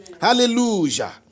Hallelujah